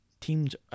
teams